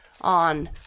on